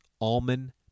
almond